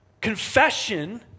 Confession